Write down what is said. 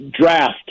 draft